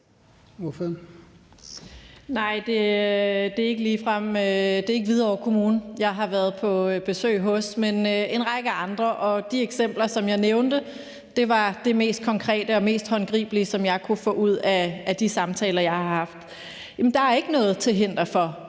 det er ikke Hvidovre Kommune, jeg har været på besøg hos, men en række andre, og de eksempler, som jeg nævnte, var det mest konkrete og mest håndgribelige, som jeg kunne få ud af de samtaler, jeg har haft. Der er ikke noget til hinder for,